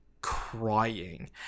crying